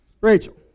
Rachel